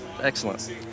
excellent